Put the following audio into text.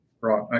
Right